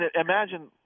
imagine